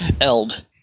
Eld